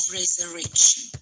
resurrection